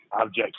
object